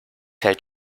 fällt